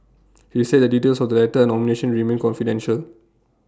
he said the details of the letter and nomination remain confidential